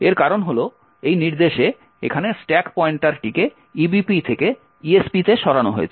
এর কারণ হল এই নির্দেশে এখানে স্ট্যাক পয়েন্টারটিকে ebp থেকে esp তে সরানো হয়েছে